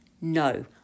No